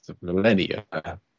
millennia